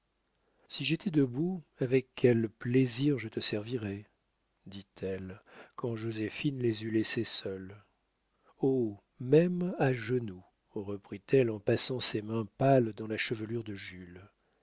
si j'étais debout avec quel plaisir je te servirais dit-elle quand joséphine les eut laissés seuls oh même à genoux reprit-elle en passant ses mains pâles dans la chevelure de jules